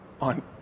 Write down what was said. on